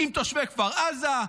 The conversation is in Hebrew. עם תושבי כפר עזה,